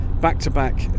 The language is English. back-to-back